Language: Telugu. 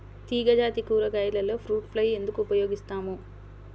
తీగజాతి కూరగాయలలో ఫ్రూట్ ఫ్లై ఎందుకు ఉపయోగిస్తాము?